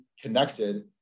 connected